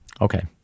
Okay